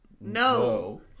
No